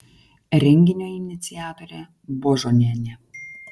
renginio iniciatorė božonienė